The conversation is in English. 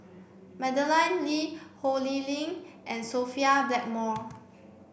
Madeleine Lee Ho Lee Ling and Sophia Blackmore